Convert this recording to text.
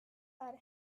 are